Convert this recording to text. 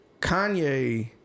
Kanye